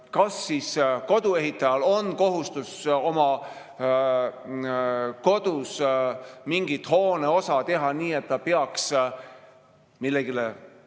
kas koduehitajal on kohustus oma kodus mingi hooneosa teha nii, et see peaks millelegi